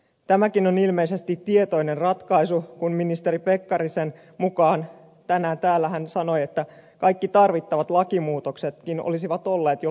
tämäkin on ilmeisesti tietoinen ratkaisu kun ministeri pekkarisen mukaan tänään täällä hän niin sanoi kaikki tarvittavat lakimuutoksetkin olisivat olleet jo valmiina